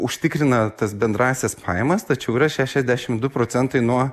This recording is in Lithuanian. užtikrina tas bendrąsias pajamas tačiau yra šešiasdešimt du procentai nuo